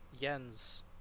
Yen's